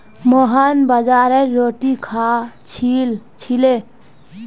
मोहन बाजरार रोटी खा छिले